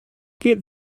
get